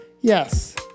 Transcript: Yes